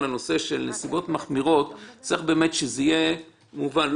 הנושא של נסיבות מחמירות צריך שזה יהיה מובן.